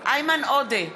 איימן עודה,